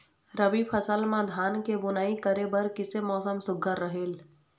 रबी फसल म धान के बुनई करे बर किसे मौसम सुघ्घर रहेल?